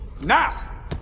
Now